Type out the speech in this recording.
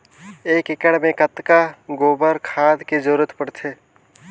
एक एकड़ मे कतका गोबर खाद के जरूरत पड़थे?